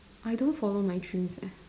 I don't follow my dreams eh